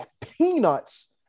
peanuts